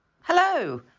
Hello